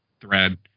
thread